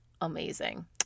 amazing